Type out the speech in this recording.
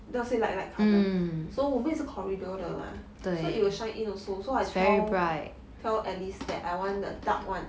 那些 like light colour so 我们也是 corridor 的嘛 so it will shine in also so I tell I tell alice that I want the dark one